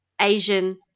Asian